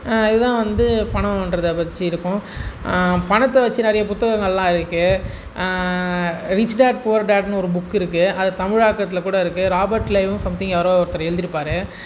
இதுதான் வந்து பணம்கிறத வச்சு இருக்கும் பணத்தை வச்சு நிறையா புத்தகங்களெலாம் இருக்குது ரிச் டாட் புவர் டாட்னு ஒரு புக்கு இருக்குது அதை தமிழாக்கத்தில் கூட இருக்குது ராபட் கிளைவ் சம்திங் யாரோ ஒருத்தர் எழுதியிருப்பாரு